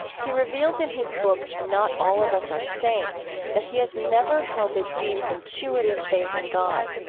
he reveals in his book not all of us are saints that he has never held a deep intuitive faith in god.